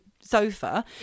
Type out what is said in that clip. sofa